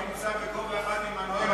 אם אני בגובה אחד עם הנואם,